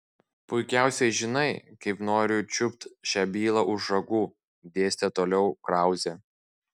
puikiausiai žinai kaip noriu čiupt šią bylą už ragų dėstė toliau krauzė